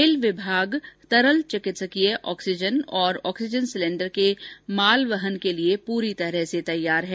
rail विभाग तरल चिकित्सीय ऑक्सीजन और ऑक्सीजन सिलेंडर के मालवहन के लिए पूरी तरह से तैयार है